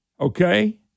okay